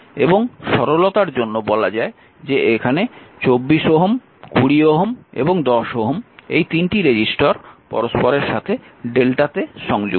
এবং সরলতার জন্য বলা যায় যে এখানে 24 Ω 20 Ω এবং 10 Ω এই তিনটি রেজিস্টর পরস্পরের সাথে Δ তে সংযুক্ত